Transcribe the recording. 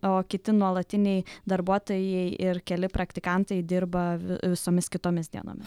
o kiti nuolatiniai darbuotojai ir keli praktikantai dirba vi visomis kitomis dienomis